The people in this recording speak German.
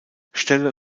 stelle